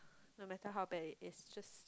no matter how bad it is just